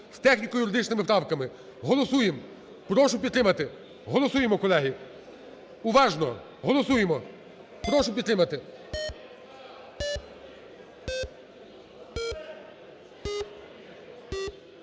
з техніко-юридичними правками. Голосуєм. Прошу підтримати. Голосуємо, колеги. Уважно! Голосуємо. Прошу підтримати.